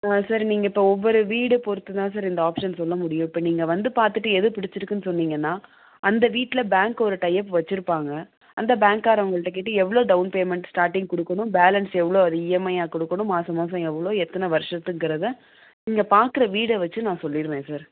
sir நீங்கள் இப்போ ஒவ்வொரு வீடை பொறுத்துதான் சார் இந்த ஆப்ஷன் சொல்ல முடியும் இப்போ நீங்கள் வந்து பார்த்துட்டு எது பிடிச்சுருக்குன்னு சொன்னிங்கன்னால் அந்த வீட்டில் பேங்க் ஒரு டை யப் வச்சுருப்பாங்க அந்த பேங்க்காரவங்கள்கிட்ட கேட்டு எவ்வளோ டவுன் பேமெண்ட் ஸ்டாட்டிங் கொடுக்கணும் பேலன்ஸ் எவ்வளோ இஎம்ஐயா கொடுக்கணும் மாதா மாதம் எவ்வளோ எத்தனை வருஷத்துக்குங்கிறத நீங்கள் பார்க்கற வீடை வச்சு நான் சொல்லிவிடுவேன் சார்